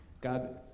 God